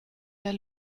der